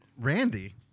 Randy